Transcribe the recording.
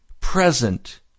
present